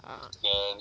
ah